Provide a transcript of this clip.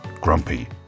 grumpy